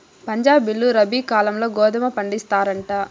పంజాబీలు రబీ కాలంల గోధుమ పండిస్తారంట